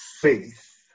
faith